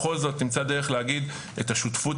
בכל זאת נמצא דרך להגיד את השותפות